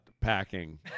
packing